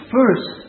First